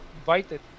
invited